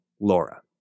Laura